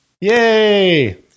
Yay